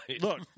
Look